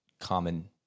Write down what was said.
common